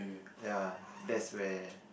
ya that's where